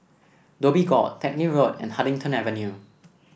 Dhoby Ghaut Teck Lim Road and Huddington Avenue